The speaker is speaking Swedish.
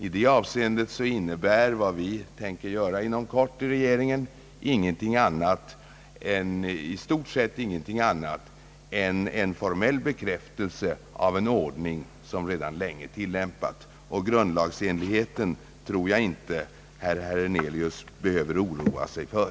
Vad vi inom kort kommer att göra inom regeringen i detta avseende innebär i stort sett inte mycket mer än en formell bekräftelse av en ordning, som redan länge tillämpats. Grundlagsenligheten tror jag därför inte att herr Hernelius behöver oroa sig för.